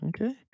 okay